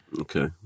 okay